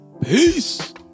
Peace